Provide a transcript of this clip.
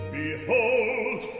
behold